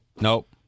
Nope